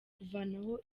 kuvanaho